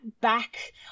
back